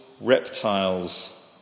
Reptiles